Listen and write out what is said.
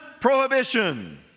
prohibition